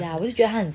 yeah 我就觉得他很 scheming